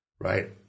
Right